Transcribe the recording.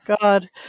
God